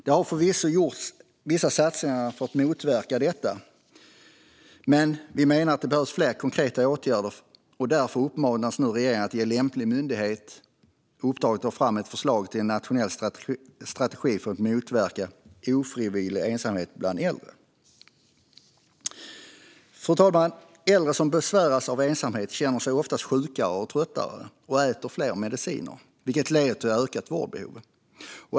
Det har förvisso gjorts vissa satsningar för att motverka detta. Men vi menar att det behövs fler konkreta åtgärder, och därför uppmanas nu regeringen att ge lämplig myndighet i uppdrag att ta fram ett förslag till en nationell strategi för att motverka ofrivillig ensamhet bland äldre. Fru talman! Äldre som besväras av ensamhet känner sig oftast sjukare och tröttare och äter fler mediciner, vilket leder till ett ökat vårdbehov.